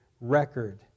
record